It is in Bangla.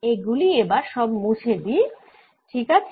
এগুলি এবার সব মুছে দিই ঠিক আছে